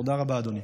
תודה רבה, אדוני.